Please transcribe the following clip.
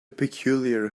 peculiar